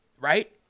right